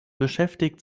beschäftigt